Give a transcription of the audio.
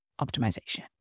optimization